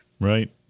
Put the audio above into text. Right